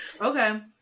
Okay